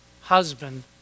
husband